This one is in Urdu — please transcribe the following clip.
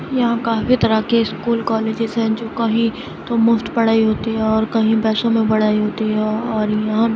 یہاں کافی طرح کے اسکول کالجز ہیں جو کہیں تو مفت پڑھائی ہوتی ہے اور کہیں پیسوں میں پڑھائی ہوتی ہے اور یہاں